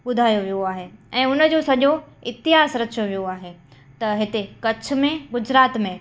ॿुधायो वियो आहे ऐं उन जो सॼो इतिहास रचो वियो आहे त हिते कच्छ में गुजरात में